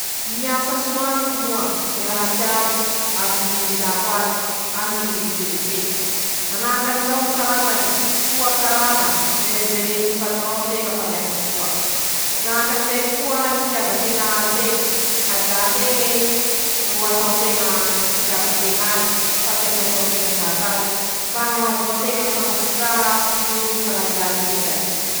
Ñy asa soa amiko moa :-ñy raha teako avy amy ñy nilako azy, aminy ñy nivetsevetseko. -Manahaky anizao ñy karamany, soakarama tsy verevereniny ñy patron teña fa miasa soa. -Manahaky anizay koa ñy fitiava teña asa eñy: haja teña ey, ro ataoteña aminy ñy fitiava teña azy, fa tsy ataotao teña fahatany, mba hahazoa teña ñy fankasitraha noho ñy fañajany ñilany.